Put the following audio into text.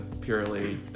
purely